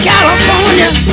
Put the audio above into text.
California